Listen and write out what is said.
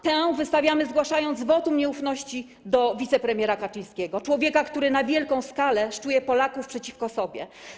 Tę ocenę wystawiamy, zgłaszając wniosek o wotum nieufności wobec wicepremiera Kaczyńskiego - człowieka, który na wielką skalę szczuje Polaków przeciwko sobie.